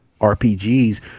RPGs